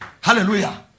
Hallelujah